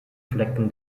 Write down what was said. flecken